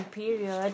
period